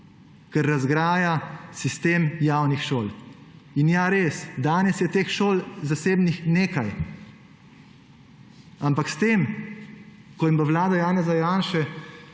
ker razgrajuje sistem javnih šol. In ja, res, danes je teh zasebnih šol nekaj, ampak s tem, ko jim bo vlada Janeza Janše